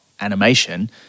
animation